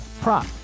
prop